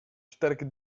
sterke